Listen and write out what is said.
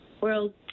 World